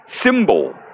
Symbol